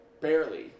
Barely